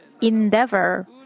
endeavor